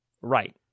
Right